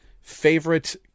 favorite